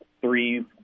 three